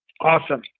Awesome